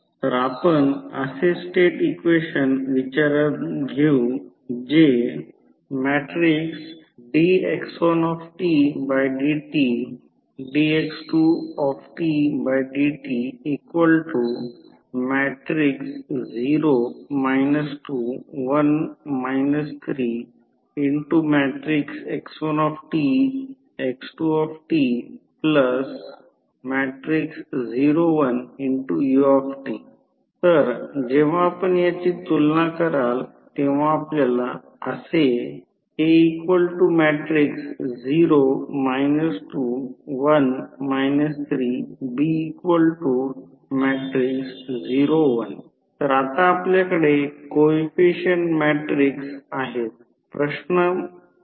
तर आपण असे स्टेट इक्वेशन विचारात घेऊ जे तर जेव्हा आपण याची तुलना कराल तेव्हा आपल्याला असे मिळेल तर आता आपल्याकडे कोइफिसिएंट मॅट्रिकस आहेत